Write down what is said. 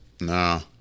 No